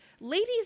ladies